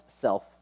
self